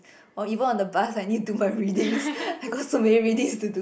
or even on the bus I need to do my readings I got so many readings to do